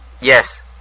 Yes